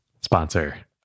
sponsor